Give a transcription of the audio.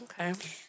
Okay